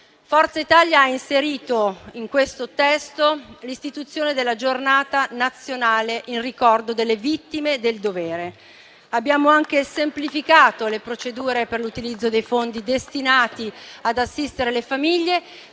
dalle Commissioni riunite l'istituzione della Giornata nazionale in ricordo delle vittime del dovere. Abbiamo anche semplificato le procedure per l'utilizzo dei fondi destinati ad assistere le famiglie